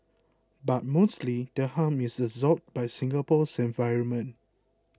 but mostly the harm is absorbed by Singapore's environment